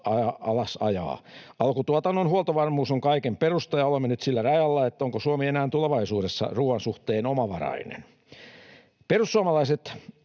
alasajaa. Alkutuotannon huoltovarmuus on kaiken perusta, ja olemme nyt sillä rajalla, onko Suomi enää tulevaisuudessa ruoan suhteen omavarainen. Perussuomalaiset